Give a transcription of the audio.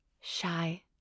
shy